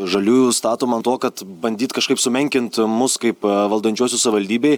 žaliųjų statoma ant to kad bandyt kažkaip sumenkint mus kaip valdančiuosius savivaldybėj